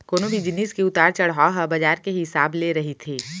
कोनो भी जिनिस के उतार चड़हाव ह बजार के हिसाब ले रहिथे